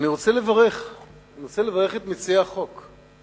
אני רוצה לברך את מציעי החוק.